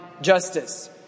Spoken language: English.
justice